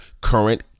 current